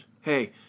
hey